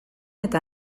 eta